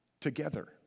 together